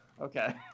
Okay